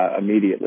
immediately